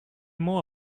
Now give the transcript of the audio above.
more